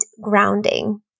grounding